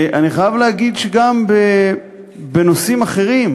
אני חייב להגיד שגם בנושאים אחרים